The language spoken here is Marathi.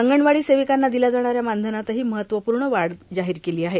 अंगणवाडी सेविकांना दिल्या जाणाऱ्या मानधनातही महत्वपूर्ण वाढ जाहीर केली आहे